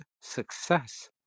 success